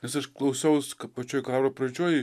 nes aš klausiaus pačioj karo pradžioj